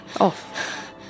Off